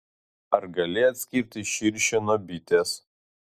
ar gali atskirti širšę nuo bitės